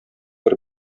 бер